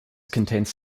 contains